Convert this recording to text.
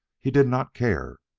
he did not care.